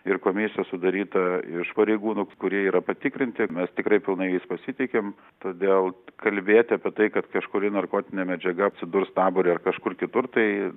ir komisija sudaryta iš pareigūnų kurie yra patikrinti mes tikrai pilnai jais pasitikim todėl kalbėti apie tai kad kažkuri narkotinė medžiaga atsidurs tabore ar kažkur kitur tai